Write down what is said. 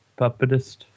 puppetist